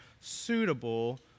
suitable